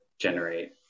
generate